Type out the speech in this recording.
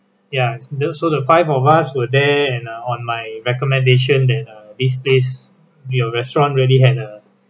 ya those so the five of us were there and uh on my recommendation that uh this place that your restaurant really had a